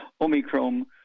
Omicron